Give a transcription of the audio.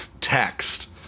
Text